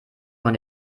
von